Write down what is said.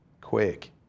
Quick